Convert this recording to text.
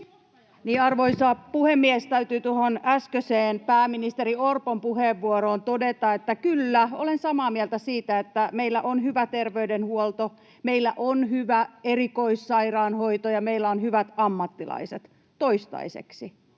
Arvoisa puhemies! Täytyy tuohon äskeiseen pääministeri Orpon puheenvuoroon todeta, että kyllä, olen samaa mieltä siitä, että meillä on hyvä terveydenhuolto, meillä on hyvä erikoissairaanhoito ja meillä on hyvät ammattilaiset — toistaiseksi